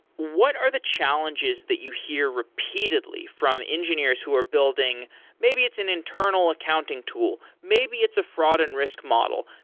what are the challenges that you hear repeatedly from engineers who are building maybe it's an internal accounting tool. maybe it's a fraud and risk model,